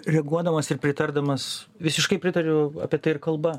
reaguodamas ir pritardamas visiškai pritariu apie tai ir kalba